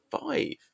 five